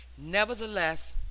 Nevertheless